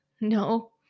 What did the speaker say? no